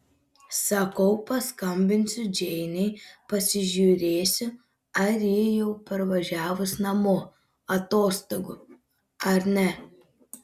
sakau paskambinsiu džeinei pasižiūrėsiu ar ji jau parvažiavus namo atostogų ar ne